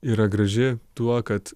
yra graži tuo kad